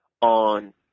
on